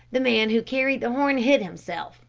the man who carried the horn hid himself,